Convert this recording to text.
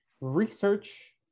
research